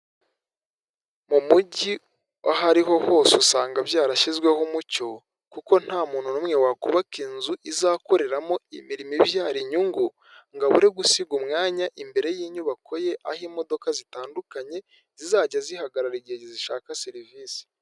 Mu mujyi aho ariho hose usanga byarashyizweho umucyo, kuko nta muntu n'umwe wakubaka inzu izakoreramo imirimo ibyara inyungu, ngo abure gusiga umwanya imbere y'inyubako ye aho imodoka zitandukanye zizajya zihagarara igihe zishaka serivise.